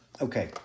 Okay